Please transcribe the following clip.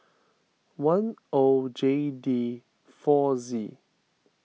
one O J D four Z